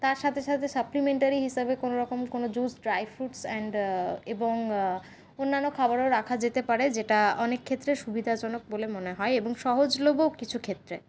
তার সাথে সাথে সাপ্লিমেন্টারি হিসাবে কোনোরকম কোনো জুস ড্রাই ফ্রুটস অ্যান্ড এবং অন্যান্য খাবারও রাখা যেতে পারে যেটা অনেক ক্ষেত্রে সুবিধাজনক বলে মনে হয় এবং সহজলভ্যও কিছু ক্ষেত্রে